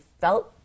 felt